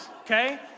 okay